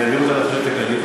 אני אעביר אותה לחשבת הכללית.